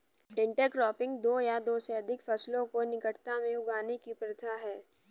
intercropping दो या दो से अधिक फसलों को निकटता में उगाने की प्रथा है